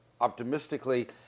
optimistically